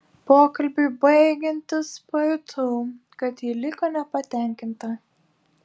pokalbiui baigiantis pajutau kad ji liko nepatenkinta